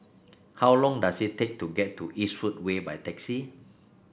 how long does it take to get to Eastwood Way by taxi